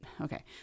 okay